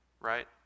Right